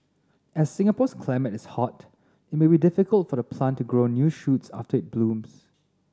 as Singapore's climate is hot it may be difficult for the plant to grow new shoots after it blooms